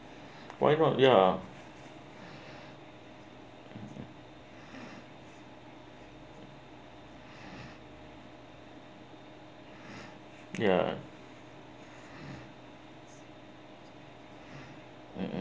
why not ya ya mmhmm